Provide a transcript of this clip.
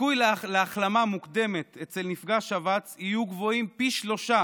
הסיכויים להחלמה מוקדמת אצל נפגע שבץ יהיו גבוהים פי שלושה